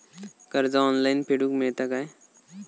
कर्ज ऑनलाइन फेडूक मेलता काय?